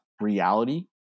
reality